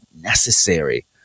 necessary